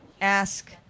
ask